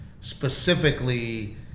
specifically